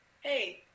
Hey